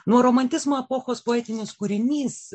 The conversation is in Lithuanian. nuo romantizmo epochos poetinis kūrinys